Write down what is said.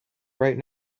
right